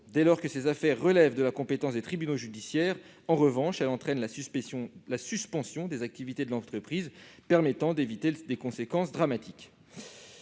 Dès lors que ces affaires relèvent de la compétence des tribunaux judiciaires, elles entraînent la suspension des activités de l'entreprise, permettant d'éviter des conséquences dramatiques.